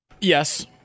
Yes